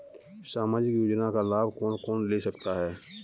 सामाजिक योजना का लाभ कौन कौन ले सकता है?